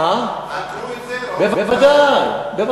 אנחנו לא בעניין של חקירה, חקרו את זה?